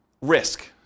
risk